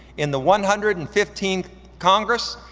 in the one hundred and fifteenth congress,